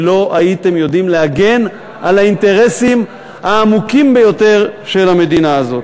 כי לא הייתם יודעים להגן על האינטרסים העמוקים ביותר של המדינה זאת.